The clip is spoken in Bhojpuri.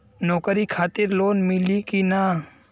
नौकरी खातिर लोन मिली की ना?